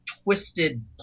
twisted